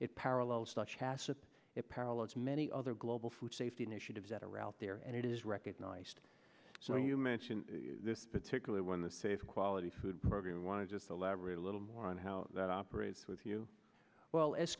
of it parallels many other global food safety initiatives that are out there and it is recognized so you mentioned this particular one the safe quality food program i want to just elaborate a little more on how that operates with you well as